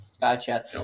gotcha